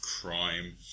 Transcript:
crime